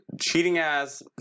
cheating-ass